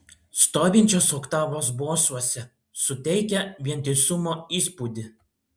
stovinčios oktavos bosuose suteikia vientisumo įspūdį